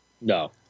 No